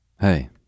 Hey